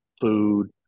food